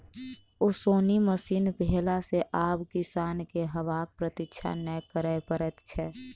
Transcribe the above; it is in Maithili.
ओसौनी मशीन भेला सॅ आब किसान के हवाक प्रतिक्षा नै करय पड़ैत छै